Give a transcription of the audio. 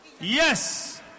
Yes